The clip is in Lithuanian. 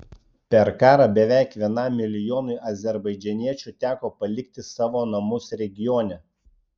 per karą beveik vienam milijonui azerbaidžaniečių teko palikti savo namus regione